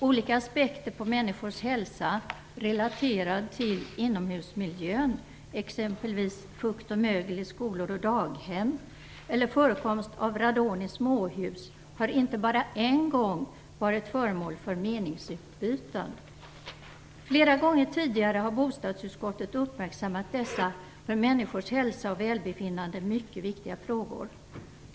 Olika aspekter på människors hälsa relaterad till inomhusmiljön, exempelvis fukt och mögel i skolor och daghem eller förekomst av radon i småhus, har inte bara en gång varit föremål för meningsutbyten. Flera gånger tidigare har bostadsutskottet uppmärksammat dessa för människors hälsa och välbefinnande mycket viktiga frågor.